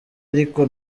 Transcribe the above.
ariko